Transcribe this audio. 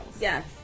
Yes